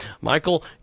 Michael